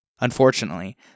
Unfortunately